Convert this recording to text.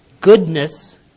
goodness